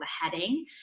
heading